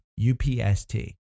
UPST